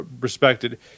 respected